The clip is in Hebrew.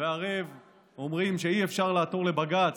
והערב אומרים שאי-אפשר לעתור לבג"ץ,